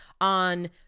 on